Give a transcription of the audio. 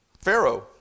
Pharaoh